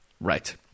Right